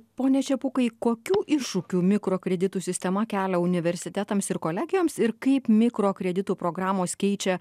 pone čepukui kokių iššūkių mikrokreditų sistema kelia universitetams ir kolegijoms ir kaip mikrokreditų programos keičia